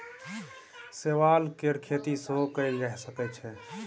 शैवाल केर खेती सेहो कएल जा सकै छै